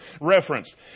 referenced